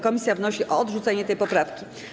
Komisja wnosi o odrzucenie tej poprawki.